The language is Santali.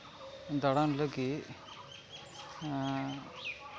ᱫᱟᱬᱟᱱ ᱞᱟᱹᱜᱤᱫ